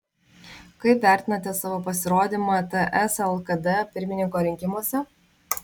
kaip vertinate savo pasirodymą ts lkd pirmininko rinkimuose